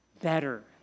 better